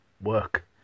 work